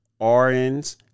RNs